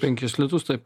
penkis litus taip